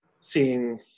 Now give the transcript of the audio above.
seeing